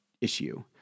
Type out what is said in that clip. issue